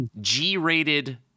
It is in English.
g-rated